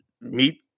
meet